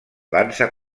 dansa